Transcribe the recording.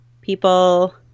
people